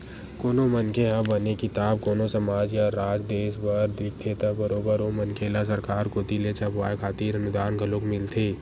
कोनो मनखे ह बने किताब कोनो समाज या राज देस बर लिखथे त बरोबर ओ मनखे ल सरकार कोती ले छपवाय खातिर अनुदान घलोक मिलथे